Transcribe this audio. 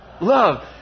love